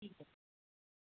ਠੀਕ ਹੈ